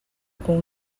com